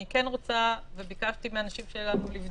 אני חושב ששווה לבדוק בכל זאת את הנושא הזה של החיוביים --- גור,